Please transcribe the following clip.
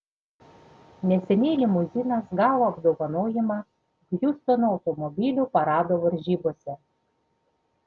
neseniai limuzinas gavo apdovanojimą hjustono automobilių parado varžybose